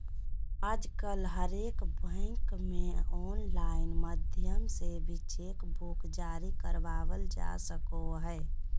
आजकल हरेक बैंक मे आनलाइन माध्यम से भी चेक बुक जारी करबावल जा सको हय